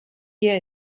gear